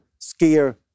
skier